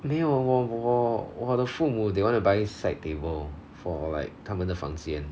没有我我我我的父母 they want to buy side table for like 他们的房间